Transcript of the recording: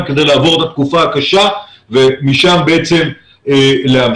כדי לעבור את התקופה הקשה ומשם בעצם להמשיך.